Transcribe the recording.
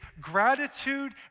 gratitude